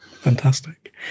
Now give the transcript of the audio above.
Fantastic